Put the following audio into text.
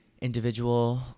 individual